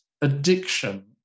addiction